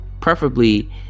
Preferably